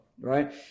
Right